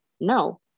no